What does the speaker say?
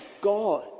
God